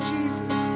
Jesus